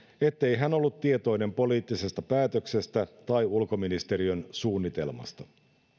ettei hän ollut tietoinen poliittisesta päätöksestä tai ulkoministeriön suunnitelmasta